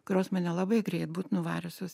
kurios mane labai greit būt nuvariusios